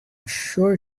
sure